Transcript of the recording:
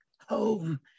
home